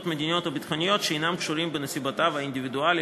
מדיניות או ביטחוניות שאינן קשורות בנסיבותיו האינדיבידואליות,